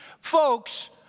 Folks